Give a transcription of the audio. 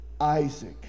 Isaac